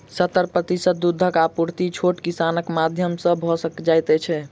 सत्तर प्रतिशत दूधक आपूर्ति छोट किसानक माध्यम सॅ भ जाइत छै